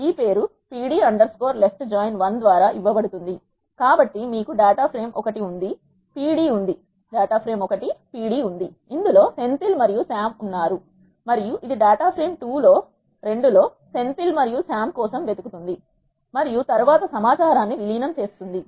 ఈ పేరు Pd Left Join 1 ద్వారా ఇవ్వబడుతుంది కాబట్టి మీకు డేటా ఫ్రేమ్ 1 ఉంది Pd ఉంది ఇందులో సెంథిల్ మరియు సామ్ ఉన్నాయి మరియు ఇది డేటా ఫ్రేమ్ 2 లో సెంథిల్ మరియు సామ్ కోసం వెతుకుతోంది మరియు తరువాత సమాచారాన్ని విలీనం చేస్తుంది